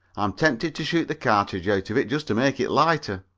i'm tempted to shoot the cartridge out of it just to make it lighter.